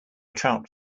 trout